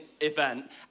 event